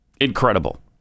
Incredible